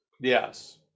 yes